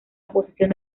oposición